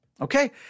Okay